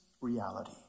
reality